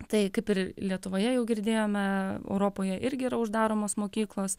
tai kaip ir lietuvoje jau girdėjome europoje irgi yra uždaromos mokyklos